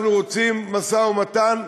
אנחנו רוצים משא-ומתן.